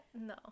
no